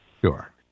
Sure